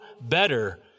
better